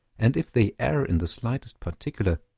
and if they err in the slightest particular,